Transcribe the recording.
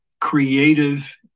creative